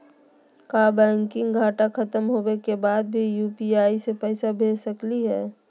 का बैंकिंग घंटा खत्म होवे के बाद भी यू.पी.आई से पैसा भेज सकली हे?